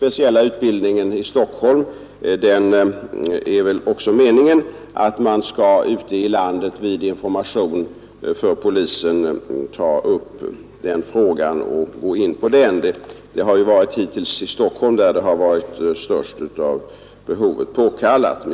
Det är väl meningen att sådan speciell utbildning och infor mation också skall tas upp ute i landet, men hittills är det ju i Stockholm som behovet varit störst.